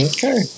Okay